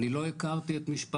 אני לא הכרתי את משפחת